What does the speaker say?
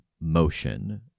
motion